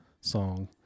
song